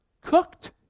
cooked